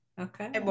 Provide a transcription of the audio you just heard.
Okay